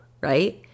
right